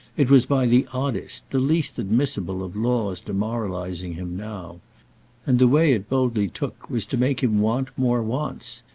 it was by the oddest, the least admissible of laws demoralising him now and the way it boldly took was to make him want more wants.